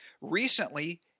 Recently